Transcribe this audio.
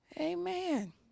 Amen